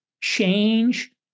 change